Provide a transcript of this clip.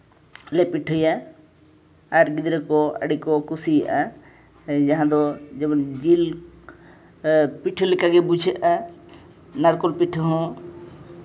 ᱞᱮ ᱯᱤᱴᱷᱟᱹᱭᱟ ᱟᱨ ᱜᱤᱫᱽᱨᱟ ᱠᱚ ᱟᱹᱰᱤ ᱠᱚ ᱠᱩᱥᱤᱭᱟᱜᱼᱟ ᱡᱟᱦᱟᱸ ᱫᱚ ᱡᱮᱢᱚᱱ ᱡᱤᱞ ᱯᱤᱴᱷᱟᱹ ᱞᱮᱠᱟᱜᱮ ᱵᱩᱡᱷᱟᱹᱜᱼᱟ ᱱᱟᱲᱠᱳᱞ ᱯᱤᱴᱷᱟᱹ ᱦᱚᱸ